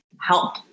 help